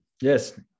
yes